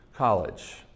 college